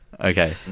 okay